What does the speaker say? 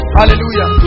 Hallelujah